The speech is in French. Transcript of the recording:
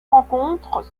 rencontres